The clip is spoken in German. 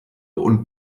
und